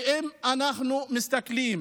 ואם אנחנו מסתכלים